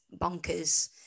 bonkers